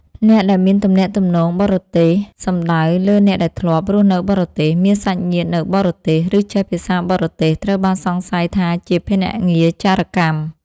អ្នកដែលមានទំនាក់ទំនងបរទេស សំដៅលើអ្នកដែលធ្លាប់រស់នៅបរទេស មានសាច់ញាតិនៅបរទេស ឬចេះភាសាបរទេស ត្រូវបានសង្ស័យថាជាភ្នាក់ងារចារកម្ម។